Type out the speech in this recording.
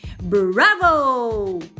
Bravo